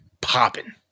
popping